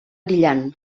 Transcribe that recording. brillant